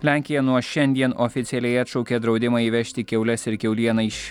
lenkija nuo šiandien oficialiai atšaukia draudimą įvežti kiaules ir kiaulieną iš